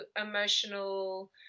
emotional